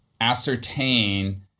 ascertain